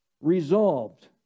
resolved